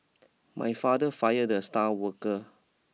my father fired the star worker